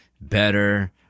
better